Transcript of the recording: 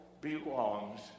belongs